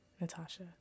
Natasha